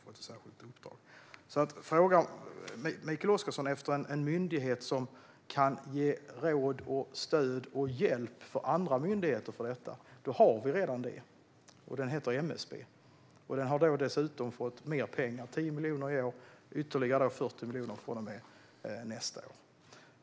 Frågar Mikael Oscarsson efter en myndighet som kan ge råd, stöd och hjälp till andra myndigheter när det gäller detta vill jag svara att vi redan har en sådan myndighet, och den heter MSB. Den har dessutom fått mer pengar - 10 miljoner i år och ytterligare 40 miljoner från och med nästa år.